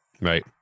Right